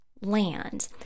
land